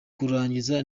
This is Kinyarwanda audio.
kurangiza